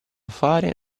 fare